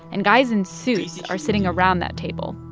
and guys in suits are sitting around that table,